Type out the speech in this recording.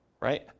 Right